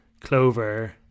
Clover